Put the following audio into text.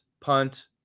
punt